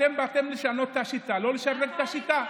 אתם באתם לשנות את השיטה, לא לשדרג את השיטה.